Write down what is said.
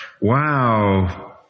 wow